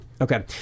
okay